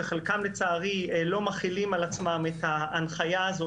וחלקם לצערי לא מחילים על עצמם את ההנחיה הזו